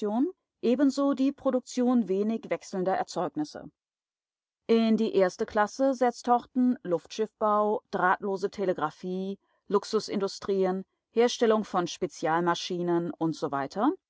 ebenso die produktion wenig wechselnder erzeugnisse in die erste klasse setzt horten luftschiffbau drahtlose telegraphie luxusindustrien herstellung von spezialmaschinen usw